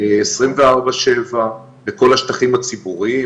24/7 בכל השטחים הציבוריים,